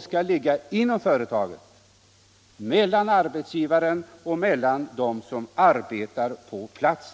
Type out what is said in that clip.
skall ligga inom företaget mellan arbetsgivaren och dem som arbetar på platsen.